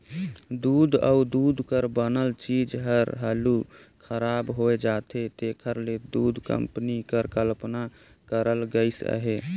दूद अउ दूद कर बनल चीज हर हालु खराब होए जाथे तेकर ले दूध कंपनी कर कल्पना करल गइस अहे